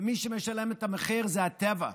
ומי שמשלם את המחיר זה הטבע.